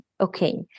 Okay